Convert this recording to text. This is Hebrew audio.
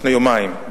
לפני יומיים,